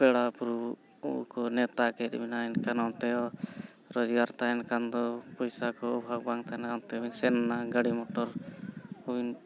ᱯᱮᱲᱟᱼᱯᱩᱨᱵᱷᱩ ᱠᱚ ᱱᱮᱶᱛᱟ ᱠᱮᱫ ᱢᱮᱱᱟ ᱮᱱᱠᱷᱟᱱ ᱚᱱᱛᱮ ᱨᱚᱡᱽᱜᱟᱨ ᱛᱟᱦᱮᱱ ᱠᱷᱟᱱ ᱫᱚ ᱯᱚᱭᱥᱟ ᱠᱚ ᱚᱵᱷᱟᱵᱽ ᱵᱟᱝ ᱛᱟᱦᱮᱱᱟ ᱚᱱᱛᱮ ᱵᱮᱱ ᱥᱮᱱ ᱮᱱᱟ ᱜᱟᱹᱰᱤ ᱢᱚᱴᱚᱨ ᱦᱚᱧ